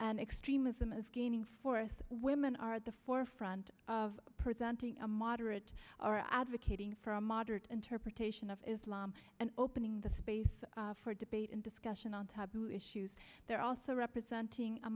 and extremism is gaining force women are at the forefront of presenting a moderate are advocating for a moderate interpretation of islam and opening the space for debate and discussion on taboo issues they're also representing a